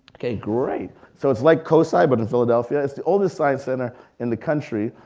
okay great! so it's like cosi, but in philadelphia. it's the oldest science center in the country.